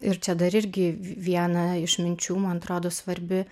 ir čia dar irgi vi viena iš minčių man atrodo svarbi